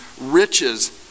riches